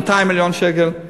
200 מיליון שקל,